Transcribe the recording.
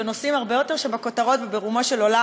בנושאים הרבה יותר שבכותרות וברומו של עולם,